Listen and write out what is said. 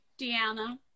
Deanna